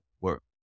work